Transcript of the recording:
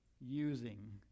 using